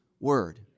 word